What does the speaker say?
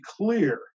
clear